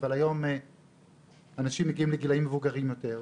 אבל היום אנשים מגיעים לגילאים מבוגרים יותר,